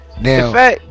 now